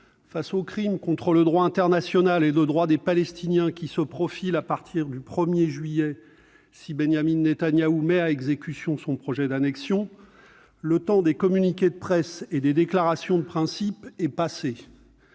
face au crime contre le droit international et le droit des Palestiniens qui se profile à partir du 1 juillet si Benyamin Netanyahou met à exécution son projet d'annexion, le temps des communiqués de presse et des déclarations de principes est passé